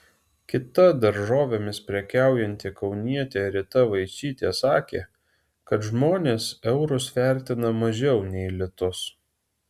kita daržovėmis prekiaujanti kaunietė rita vaičytė sakė kad žmonės eurus vertina mažiau nei litus